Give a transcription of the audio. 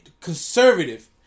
conservative